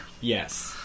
Yes